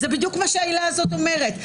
זה בדיוק מה שהעילה הזאת אומרת,